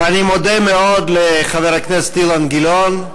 אני מודה מאוד לחבר הכנסת אילן גילאון.